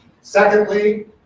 Secondly